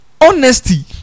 honesty